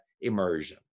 immersion